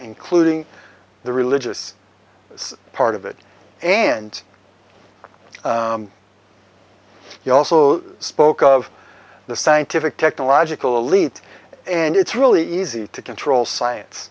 including the religious part of it and he also spoke of the scientific technological elite and it's really easy to control science